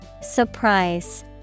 Surprise